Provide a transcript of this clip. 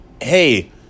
hey